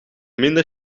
minder